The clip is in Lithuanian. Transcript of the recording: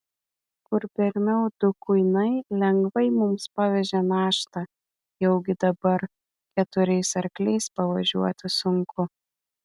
kur pirmiau du kuinai lengvai mums pavežė naštą jaugi dabar keturiais arkliais pavažiuoti sunku